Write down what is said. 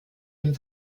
dem